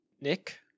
Nick